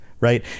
Right